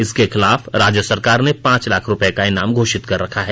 इसके खिलाफ राज्य सरकार ने पांच लाख रूपये का इनाम घोषित कर रखा है